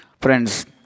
Friends